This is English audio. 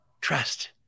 trust